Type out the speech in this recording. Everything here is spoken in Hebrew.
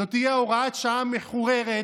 זו תהיה הוראת שעה מחוררת,